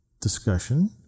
discussion